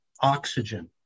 oxygen